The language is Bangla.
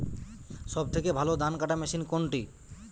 সবথেকে ভালো ধানকাটা মেশিন কোনটি?